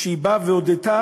והיא באה והודתה